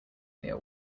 near